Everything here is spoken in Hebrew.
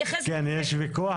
יש ויכוח,